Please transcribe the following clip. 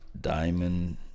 Diamond